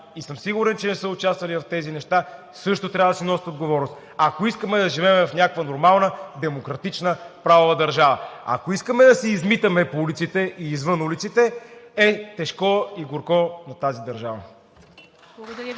и съм сигурен, че не са участвали в тези неща, също трябва да си носят отговорността, ако искаме да живеем в някаква нормална, демократична, правова държава. Ако искаме да се измитаме по улиците и извън улиците, е тежкò и горкò на тази държава.